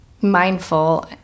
mindful